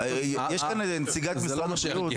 יש כאן נציגי משרד הבריאות.